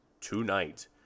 tonight